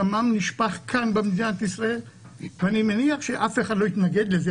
דמם נשפך כאן במדינת ישראל ואני מניח שאף אחד לא יתנגד לזה,